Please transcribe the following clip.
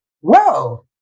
Whoa